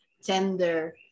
tender